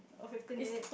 or fifteen minutes